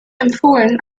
empfohlen